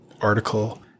article